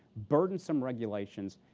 burdensome regulations,